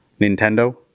Nintendo